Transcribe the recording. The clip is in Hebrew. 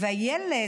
הילד,